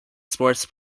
sports